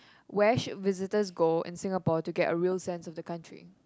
Where should visitors go in Singapore to get a real sense of the country